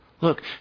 Look